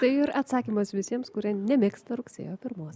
tai ir atsakymas visiems kurie nemėgsta rugsėjo pirmos